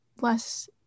less